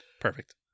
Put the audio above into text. Perfect